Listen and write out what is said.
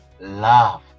love